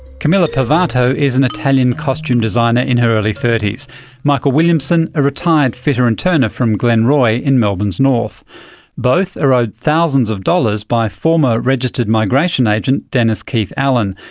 camilla pivato is an italian costume designer in her early thirties michael williamson, a retired fitter and turner from glenroy in melbourne's north, and both are owed thousands of dollars by former registered migration agent, dennis keith allan,